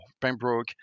Pembroke